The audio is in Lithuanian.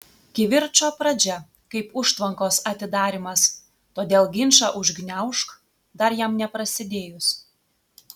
kivirčo pradžia kaip užtvankos atidarymas todėl ginčą užgniaužk dar jam neprasidėjus